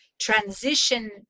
transition